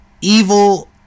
Evil